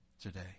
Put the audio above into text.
today